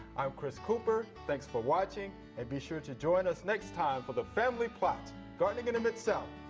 i'm chris cooper. thanks for watching and be sure to join us next time for the family plot gardening in the mid-south.